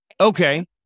Okay